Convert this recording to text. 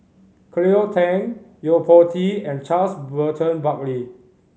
Cleo Thang Yo Po Tee and Charles Burton Buckley